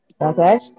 Okay